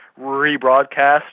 rebroadcast